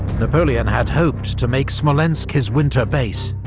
napoleon had hoped to make smolensk his winter base,